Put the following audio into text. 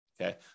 Okay